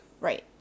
Right